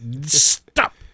stop